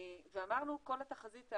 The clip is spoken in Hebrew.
כל התחזית,